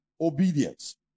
obedience